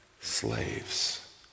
slaves